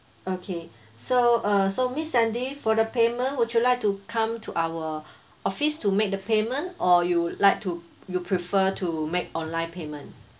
okay so uh so miss sandy for the payment would you like to come to our office to make the payment or you would like to you prefer to make online payment